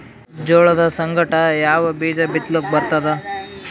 ಜೋಳದ ಸಂಗಾಟ ಯಾವ ಬೀಜಾ ಬಿತಲಿಕ್ಕ ಬರ್ತಾದ?